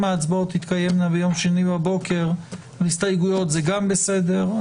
אם ההצבעות תתקיימנה ביום שני בבוקר על ההסתייגויות זה גם בסדר.